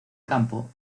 campo